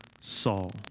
Saul